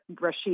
Rashid